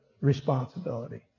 responsibility